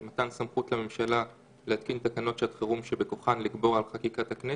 מתן סמכות לממשלה להתקין תקנות שעת חירום שבכוחן לגבור על חקיקת הכנסת,